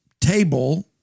table